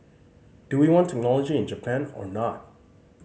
do we want technology in Japan or not